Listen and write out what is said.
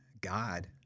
God